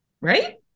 right